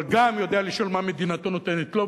אבל גם יודע לשאול מה מדינתו נותנת לו.